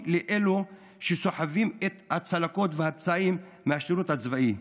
לאלו שסוחבים את הצלקות והפצעים מהשירות הצבאי.